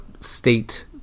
state